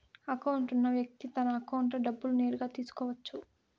account ఉన్న వ్యక్తి తన అకౌంట్లో డబ్బులు నేరుగా తీసుకోవచ్చు